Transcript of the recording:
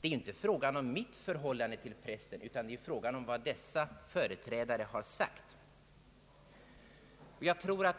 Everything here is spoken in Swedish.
Det är inte fråga om mitt förhållande till pressen, utan det är fråga om vad dessa företrädare har sagt.